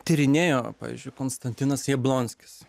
tyrinėjo pavyzdžiui konstantinas jablonskis